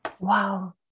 Wow